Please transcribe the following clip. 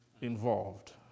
involved